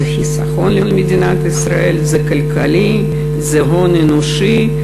זה חיסכון למדינת ישראל, זה כלכלי, זה הון אנושי,